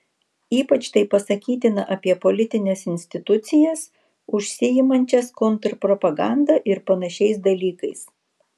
ypač tai pasakytina apie politines institucijas užsiimančias kontrpropaganda ir panašiais dalykais